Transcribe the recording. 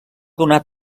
donar